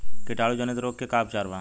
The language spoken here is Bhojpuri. कीटाणु जनित रोग के का उपचार बा?